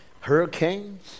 Hurricanes